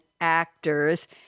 actors